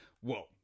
Whoa